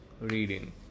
reading